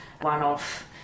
one-off